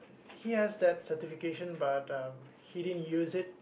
he has that certificate but um he didn't use it